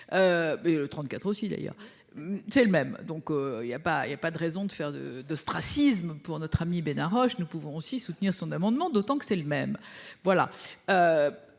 le 34 aussi d'ailleurs. C'est le même donc il y a pas il y a pas de raison de faire de d'ostracisme pour notre ami Ben Haroche. Nous pouvons aussi soutenir son amendement, d'autant que c'est le même. Voilà.